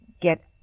get